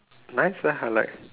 nice leh I like